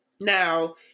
Now